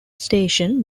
station